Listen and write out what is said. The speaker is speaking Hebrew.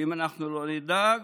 ואם אנחנו לא נדאג,